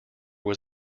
was